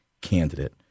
candidate